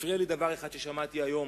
הפריע לי דבר אחד ששמעתי היום,